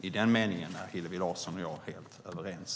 I den meningen är Hillevi Larsson och jag helt överens.